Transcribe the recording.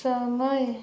समय